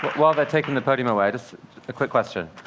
while they're taking the podium away, just a quick question.